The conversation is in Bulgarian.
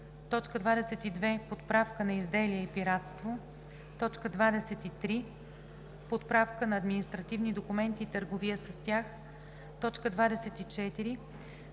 22. подправка на изделия и пиратство; 23. подправка на административни документи и търговия с тях; 24.